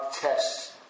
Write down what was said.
tests